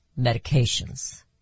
medications